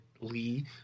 Lee